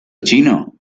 chino